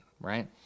right